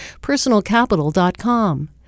personalcapital.com